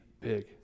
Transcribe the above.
big